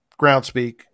GroundSpeak